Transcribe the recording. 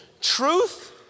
truth